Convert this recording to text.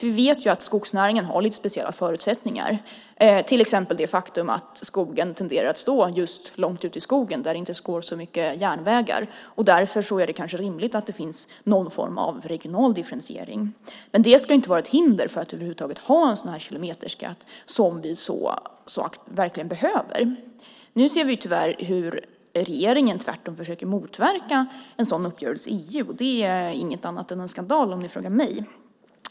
Vi vet att skogsnäringen har lite speciella förutsättningar, till exempel det faktum att skogen tenderar att stå just långt ut i skogen där det inte går så mycket järnvägar. Därför är det kanske rimligt att det finns någon form av regional differentiering. Men det ska ju inte vara ett hinder för att över huvud taget ha en sådan här kilometerskatt, som vi verkligen behöver. Nu ser vi tyvärr hur regeringen tvärtom försöker motverka en sådan uppgörelse i EU, och det är inget annat än en skandal, om ni frågar mig.